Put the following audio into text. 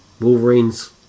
Wolverine's